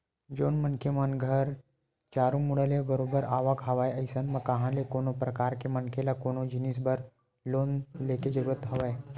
जउन मनखे मन घर चारो मुड़ा ले बरोबर आवक हवय अइसन म कहाँ ले कोनो परकार के मनखे ल कोनो जिनिस बर लोन लेके जरुरत हवय